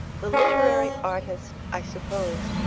the literary artist, i suppose,